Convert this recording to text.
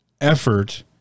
effort